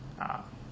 ah